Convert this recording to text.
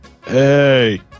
Hey